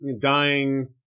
dying